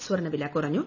സ്വർണവില കുറഞ്ഞു